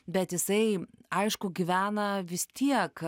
bet jisai aišku gyvena vis tiek